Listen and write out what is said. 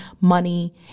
money